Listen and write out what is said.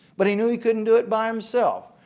but he knew he couldn't do it by himself.